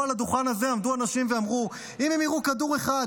פה על הדוכן הזה עמדו אנשים ואמרו: אם הם יירו כדור אחד,